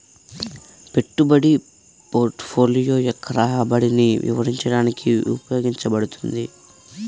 పెట్టుబడి పోర్ట్ఫోలియో యొక్క రాబడిని వివరించడానికి ఉపయోగించబడుతుంది